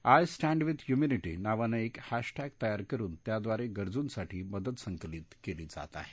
I stand with humanity नावानं एक hashtag तयार करून त्याद्वारे गरजूंसाठी मदत संकलित केली जात आहे